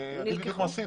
אני אגיד מה עשינו.